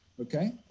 okay